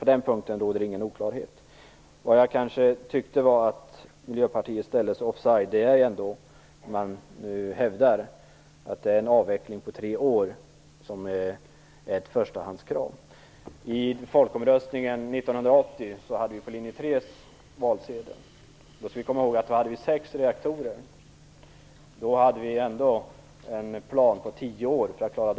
På den punkten råder ingen oklarhet. Jag tyckte möjligen att Miljöpartiet ställde sig offside när man hävdade att en avveckling på tre år är ett förstahandskrav. Diskrepansen mellan hur verkligheten ser ut och de möjligheter som finns att avveckla måste vi beakta.